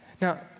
Now